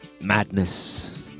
Madness